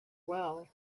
well